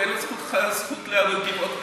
ואין לך זכות להגיב עוד פעם.